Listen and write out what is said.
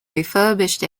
refurbished